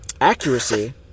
accuracy